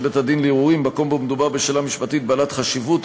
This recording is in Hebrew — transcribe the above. בית-הדין לערעורים במקום שמדובר בו בשאלה משפטית בעלת חשיבות,